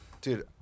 Dude